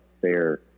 fair